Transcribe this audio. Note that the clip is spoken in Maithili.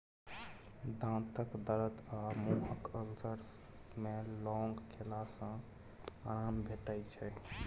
दाँतक दरद आ मुँहक अल्सर मे लौंग खेला सँ आराम भेटै छै